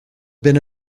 been